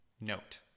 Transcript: note